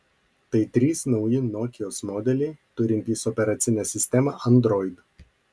tai trys nauji nokios modeliai turintys operacinę sistemą android